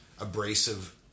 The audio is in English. abrasive